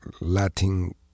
Latin